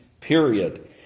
period